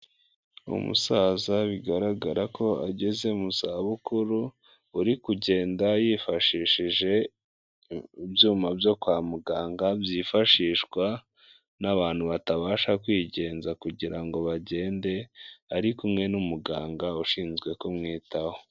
umusaza bigaragara ko ageze mu za bukuru uri kugenda yifashishije ibyuma byo kwa muganga byifashishwa n'abantu batabasha kwigenza kugira ngo bagende ari kumwe n'umuganga ushinzwe kumwitaho.